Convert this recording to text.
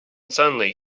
suddenly